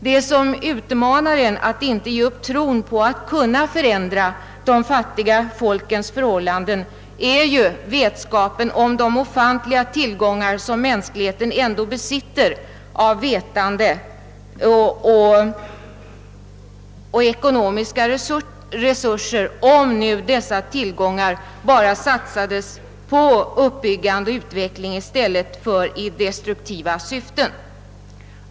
Det som manar en att inte ge upp tron på att kunna förändra de fattiga folkens förhållanden är vetskapen om de ofantliga tillgångar som mänskligheten ändå besitter av vetande och ekonomiska resurser, om nu dessa tillgångar bara satsades på uppbyggande och utveckling i stället för destruktiva syften.